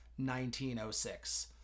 1906